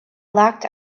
locked